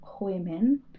women